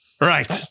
Right